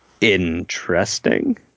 Interesting